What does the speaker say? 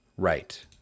right